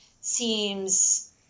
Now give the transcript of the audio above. seems